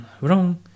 wrong